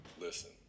listen